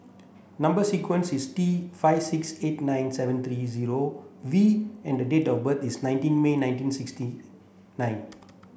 number sequence is T five six eight nine seven three zero V and the date of birth is nineteen May nineteen sixty nine